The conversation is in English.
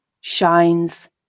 shines